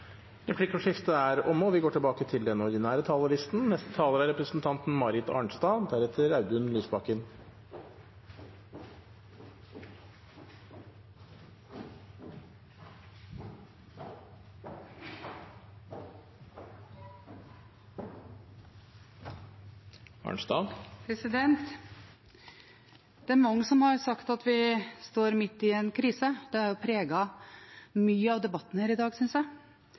Replikkordskiftet er omme. Det er mange som har sagt at vi står midt i en krise. Det har preget mye av debatten her i dag, synes jeg.